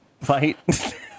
fight